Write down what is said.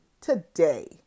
today